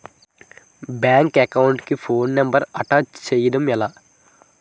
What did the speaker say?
Bank account కి phone number attach చేయడం ఎలా?